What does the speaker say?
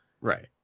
right